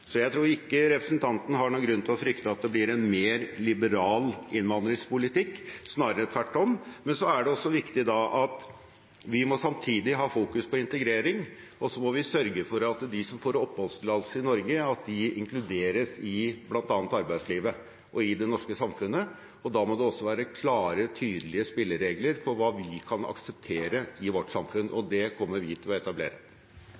Så jeg tror ikke representanten har noen grunn til å frykte at det blir en mer liberal innvandringspolitikk. Snarere tvert om. Men det er også viktig at vi samtidig må ha fokus på integrering, og så må vi sørge for at de som får oppholdstillatelse i Norge, inkluderes i bl.a. arbeidslivet og i det norske samfunnet. Da må det også være klare og tydelige spilleregler for hva vi kan akseptere i vårt samfunn,